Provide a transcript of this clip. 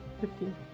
Fifteen